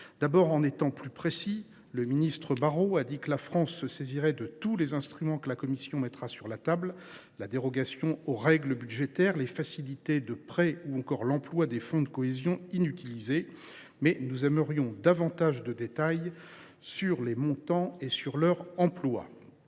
d’abord, d’être plus précis. Le ministre Barrot a dit que la France se saisira de tous les instruments que la Commission mettra sur la table, tels que la dérogation aux règles budgétaires, les facilités de prêt ou encore l’emploi des fonds de cohésion inutilisés. Nous aimerions toutefois avoir davantage de détails sur les montants en jeu et sur leur emploi.